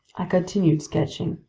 i continued sketching.